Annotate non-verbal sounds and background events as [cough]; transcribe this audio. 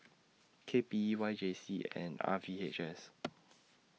K P E Y J C and R V H S [noise]